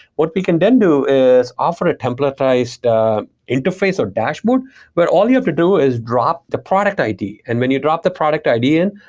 what we can then do is offer templatized interface or dashboard where but all you have to do is drop the product id. and when you drop the product id in,